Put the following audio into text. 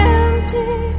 empty